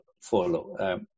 follow